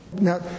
Now